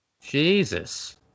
Jesus